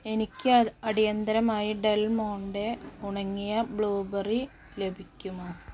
എനിക്ക് അടിയന്തിരമായി ഡെൽമോണ്ടെ ഉണങ്ങിയ ബ്ലൂബെറി ലഭിക്കുമോ